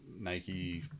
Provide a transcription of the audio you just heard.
Nike